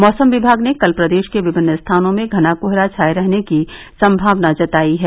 मौसम विभाग ने कल प्रदेश के विभिन्न स्थानों में घना कोहरा छाये रहने की संभावना जतायी है